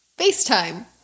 FaceTime